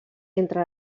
entre